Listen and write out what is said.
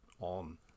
on